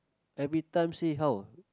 every time say how